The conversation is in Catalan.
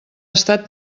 estat